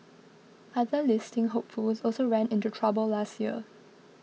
other listing hopefuls also ran into trouble last year